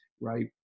right